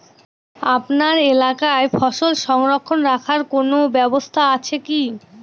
আপনার এলাকায় ফসল সংরক্ষণ রাখার কোন ব্যাবস্থা আছে কি?